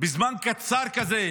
בזמן קצר כזה,